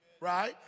right